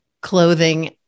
clothing